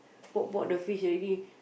poke poke the fish already